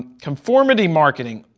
conformity marketing,